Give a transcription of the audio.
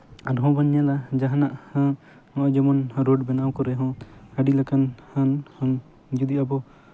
ᱟᱨᱦᱚᱸ ᱵᱚᱱ ᱧᱮᱞᱟ ᱡᱟᱦᱟᱸᱱᱟᱜ ᱦᱮᱸ ᱡᱮᱢᱚᱱ ᱨᱳᱰ ᱵᱮᱱᱟᱣ ᱠᱚᱨᱮ ᱦᱚᱸ ᱟᱹᱰᱤ ᱞᱮᱠᱟᱱ ᱦᱟᱹᱱ ᱦᱚᱸ ᱡᱩᱫᱤ ᱟᱵᱚ